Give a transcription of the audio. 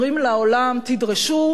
אומרים לעולם: תדרשו